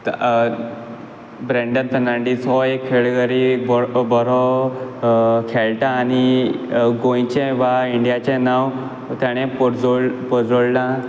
Brendon Fernandes हो एक खेळगडी एक बोरो बोरो खेळटा आनी गोंयचें वा इंडियाचें नांव तेणें पोरजोळ पोरजोळ्ळां